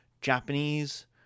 Japanese